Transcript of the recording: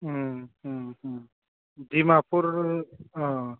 Dimapur अ